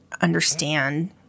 understand